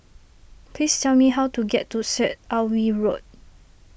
please tell me how to get to Syed Alwi Road